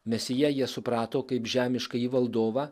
mesiją jie suprato kaip žemiškąjį valdovą